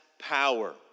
power